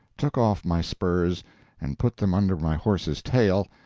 took off my spurs and put them under my horse's tail,